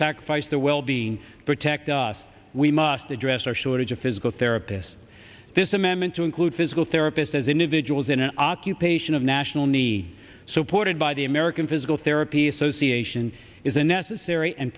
sacrificed their well being protect us we must address our shortage of physical therapists this amendment to include physical therapists as individuals in an occupation of national need supported by the american physical therapy association is a necessary and